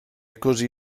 così